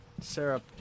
syrup